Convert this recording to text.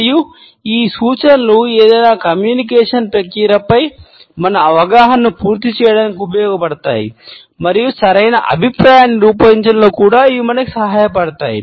మరియు ఈ సూచనలు ఏదైనా కమ్యూనికేషన్ ప్రక్రియపై మన అవగాహనను పూర్తి చేయడానికి ఉపయోగపడతాయి మరియు సరైన అభిప్రాయాన్ని రూపొందించడంలో కూడా ఇవి మనకు సహాయపడ్డాయి